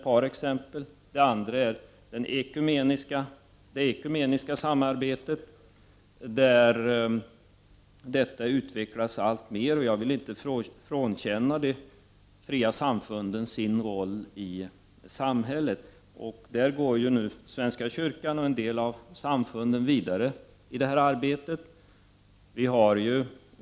Vi har också det ekumeniska samarbetet, som utvecklas alltmer. Jag vill inte frånkänna de fria samfunden deras roll i samhället. Svenska kyrkan och en del av samfunden går nu vidare i det arbetet.